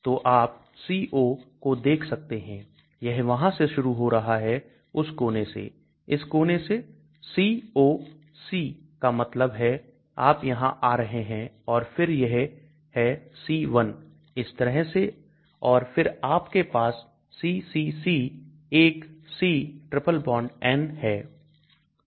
तो आप CO को देख सकते हैं यह वहां से शुरू हो रहा है उस कोने से इस कोने से COc का मतलब है आप यहां आ रहे हैं और फिर यह है c1 इस तरह है और फिर आपके पास ccc1C ट्रिपल बॉन्ड N है